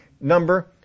number